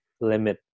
limit